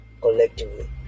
collectively